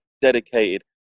dedicated